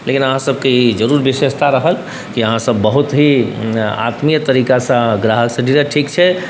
लेकिन अहाँसबके ई जरूर विशेषता रहल कि अहाँसब बहुत ही आत्मीय तरीकासँ ग्राहकसँ डील ठीक छै